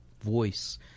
voice